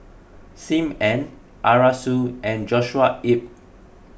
Sim Ann Arasu and Joshua Ip